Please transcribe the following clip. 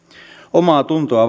omaatuntoa